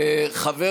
חבר